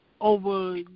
over